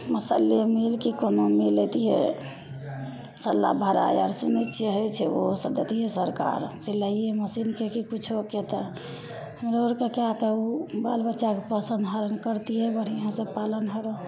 मसल्ले मिल या कि कोनो मिल अएतिए मसल्ला भाड़ा आओर सुनै छिए होइ छै ओहोसब देतिए सरकार सिलाइए मशीनके कि किछुके तऽ हमरो आओरके कै के ओ बालबच्चाके पोषण हरण करतिए बढ़िआँसे पालन हरण